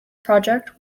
project